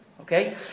Okay